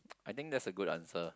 I think that's a good answer